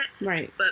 right